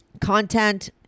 content